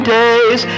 days